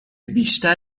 بیشتر